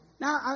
Now